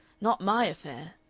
not my affair.